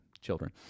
children